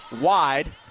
Wide